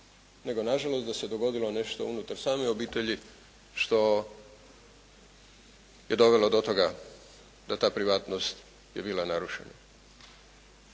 nego na žalost da se dogodilo nešto unutar same obitelji što je dovelo do toga da ta privatnost je bila narušena